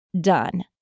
done